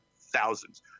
thousands